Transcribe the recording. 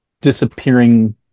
disappearing